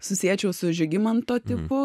susiečiau su žygimanto tipu